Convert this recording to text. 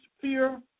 fear